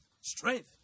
Strength